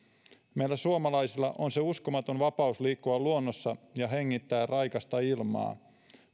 meillä suomalaisilla on se uskomaton vapaus liikkua luonnossa ja hengittää raikasta ilmaa